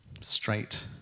straight